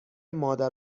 مادر